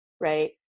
Right